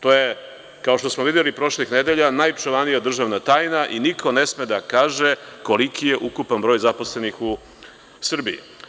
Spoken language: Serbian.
To je, kao što smo videli prošlih nedelja, najčuvanija državna tajna i niko ne sme da kaže koliki je ukupan broj zaposlenih u Srbiji.